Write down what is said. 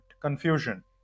confusion